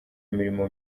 imirimo